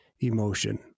emotion